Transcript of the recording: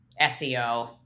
SEO